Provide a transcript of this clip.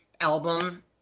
album